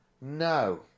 No